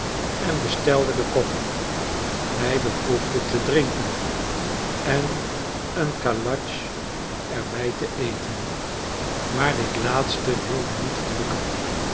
en bestelde de koffie hij beproefde te drinken en een kalatsch er bij te eten maar dit laatste wilde niet gelukken